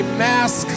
mask